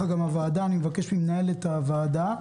אני מבקש ממנהלת הוועדה,